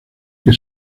que